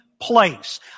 place